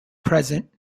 present